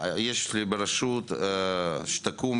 ברשות שתקום,